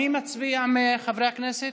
מי מצביע מחברי הכנסת?